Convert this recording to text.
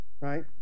right